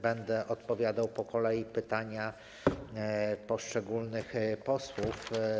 Będę odpowiadał po kolei na pytania poszczególnych posłów.